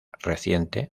reciente